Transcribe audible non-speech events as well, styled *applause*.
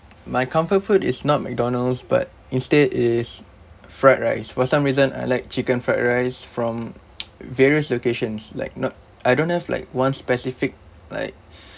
*noise* my comfort food is not McDonald's but instead is fried rice for some reason I like chicken fried rice from *noise* various locations like not I don't have like one specific like